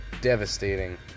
devastating